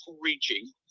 reaching